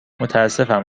متاسفم